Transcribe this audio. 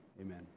amen